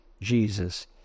Jesus